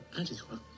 adequate